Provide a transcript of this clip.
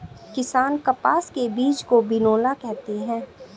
किसान कपास के बीज को बिनौला कहते है